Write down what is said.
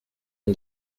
and